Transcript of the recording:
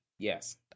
Yes